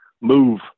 move